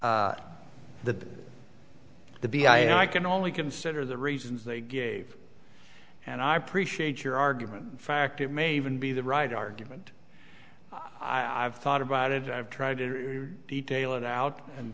this the the b i can only consider the reasons they gave and i appreciate your argument fact it may even be the right argument i've thought about it i've tried to detail it out and